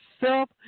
self